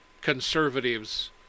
conservatives